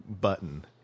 button